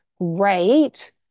great